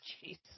Jesus